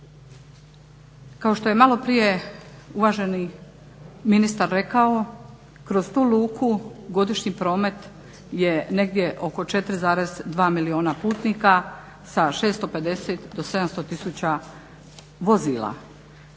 Kao što je maloprije uvaženi ministar rekao, kroz tu luku godišnji promet je negdje oko 4,2 milijuna putnika sa 650 do 700 tisuća vozila.